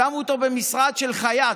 שמו אותו במשרד של חייט.